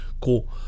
Cool